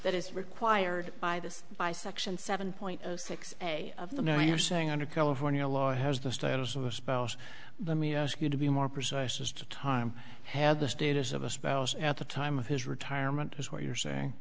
that is required by this by section seven point zero six a of the no you're saying under california law has the status of a spouse but me ask you to be more precise as to time had the status of a spouse at the time of his retirement is what you're saying